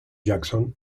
jackson